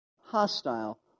hostile